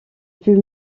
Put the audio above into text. put